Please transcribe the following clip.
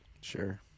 Sure